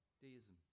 Deism